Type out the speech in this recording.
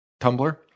Tumblr